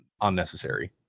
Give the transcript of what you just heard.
unnecessary